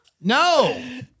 No